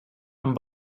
amb